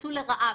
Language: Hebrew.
כניצול לרעה.